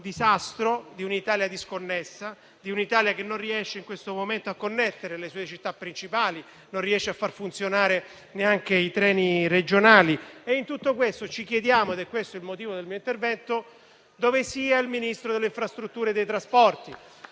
disastro, a un'Italia disconnessa, a un'Italia che non riesce in questo momento a connettere le sue città principali, e non riesce neanche a far funzionare i treni regionali. In tutto questo, ci chiediamo - è questo il motivo del mio intervento - dove sia il Ministro delle infrastrutture e dei trasporti.